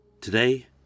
Today